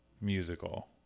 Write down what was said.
musical